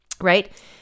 Right